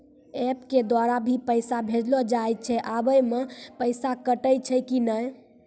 App के द्वारा भी पैसा भेजलो जाय छै आबै मे पैसा कटैय छै कि नैय?